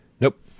nope